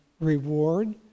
reward